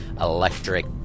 electric